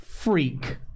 freak